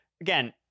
again